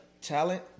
talent